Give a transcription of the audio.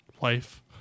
Life